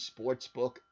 sportsbook